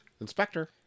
Inspector